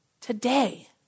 today